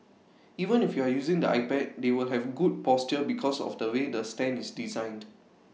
even if you're using the iPad they will have good posture because of the way the stand is designed